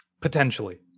Potentially